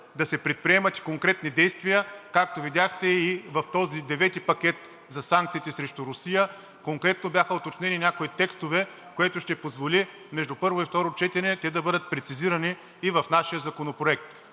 да се предприемат и конкретни действия. Както видяхте, и в този девети пакет за санкциите срещу Русия конкретно бяха уточнени някои текстове, което ще позволи между първо и второ четене те да бъде прецизирани и в нашия законопроект.